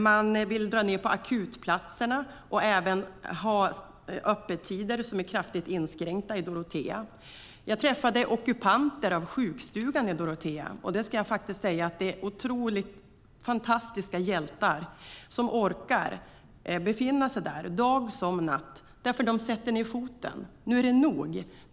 Man vill dra ned på akutplatserna och kraftigt inskränka öppettiderna i Dorotea. I Dorotea träffade jag ockupanter av sjukstugan, och jag vill säga att de är fantastiska hjältar som orkar befinna sig där dag som natt. De sätter ned foten. Nu är det nog.